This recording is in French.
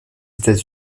états